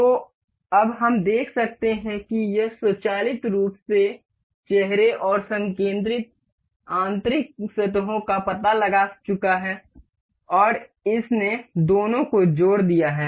तो अब हम देख सकते हैं कि यह स्वचालित रूप से चेहरे और संकेंद्रित आंतरिक सतहों का पता लगा चुका है और इसने दोनों को जोड़ दिया है